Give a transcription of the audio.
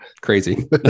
crazy